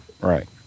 Right